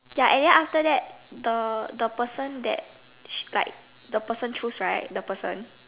ya and then after that the the person that like the person choose right the person